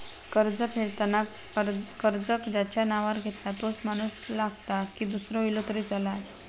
कर्ज फेडताना कर्ज ज्याच्या नावावर घेतला तोच माणूस लागता की दूसरो इलो तरी चलात?